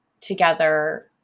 together